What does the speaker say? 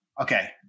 okay